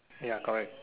ya correct